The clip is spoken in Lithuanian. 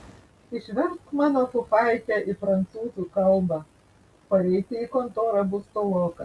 išversk mano fufaikę į prancūzų kalbą pareiti į kontorą bus toloka